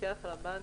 המפקח על הבנקים,